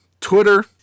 Twitter